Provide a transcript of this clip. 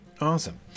awesome